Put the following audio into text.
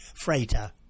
freighter